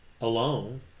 alone